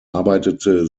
arbeitete